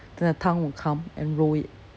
then the tongue will come and roll it